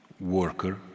worker